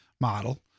model